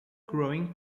growing